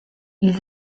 ils